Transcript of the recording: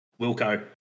Wilco